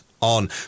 on